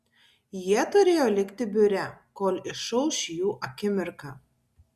jie turėjo likti biure kol išauš jų akimirka